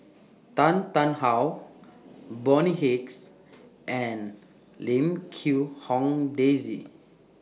Tan Tarn How Bonny Hicks and Lim Quee Hong Daisy